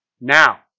Now